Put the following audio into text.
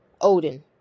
odin